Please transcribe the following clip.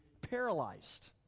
paralyzed